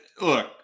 look